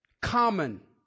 common